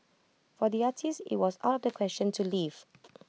for the artist IT was out of the question to leave